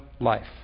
life